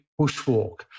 bushwalk